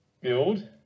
build